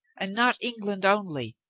and not england only.